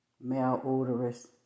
Malodorous